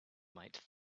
might